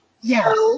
Yes